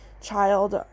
child